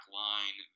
line